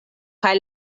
kaj